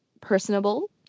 personable